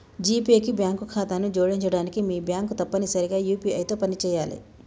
GPay కి bank ఖాతాను జోడించడానికి మీ బ్యాంక్ తప్పనిసరిగా యూ.పీ.ఐ తో పనిచేయాలే